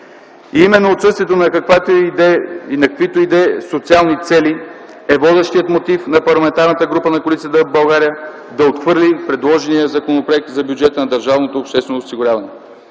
Именно отсъствието на каквито и да е социални цели е водещият мотив на Парламентарната група на Коалиция за България да отхвърли предложения Законопроект за бюджета на